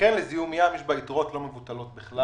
בקרן לזיהום ים יש יתרות לא מבוטלות בכלל.